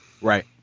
Right